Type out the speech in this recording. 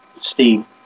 Steve